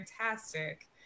fantastic